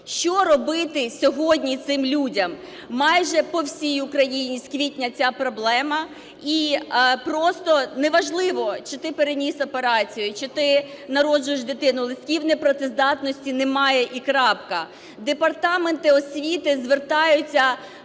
Що робити сьогодні цим людям? Майже по всій Україні з квітня ця проблема і просто неважливо, чи ти переніс операцію, чи ти народжуєш дитину, листків непрацездатності немає і крапка. Департаменти освіти звертаються